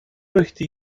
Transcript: möchte